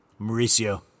Mauricio